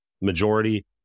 majority